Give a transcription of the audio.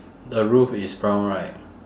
the roof is brown right